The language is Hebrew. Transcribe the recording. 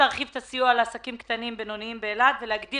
להרחיב את הסיוע לעסקים קטנים ובינוניים באילת ולהגדיל